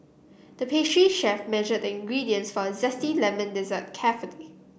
the pastry chef measured the ingredients for a zesty lemon dessert carefully